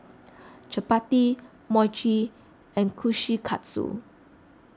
Chapati Mochi and Kushikatsu